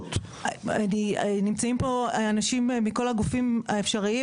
נמצאים פה אנשים מכל הגופים האפשריים